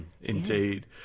Indeed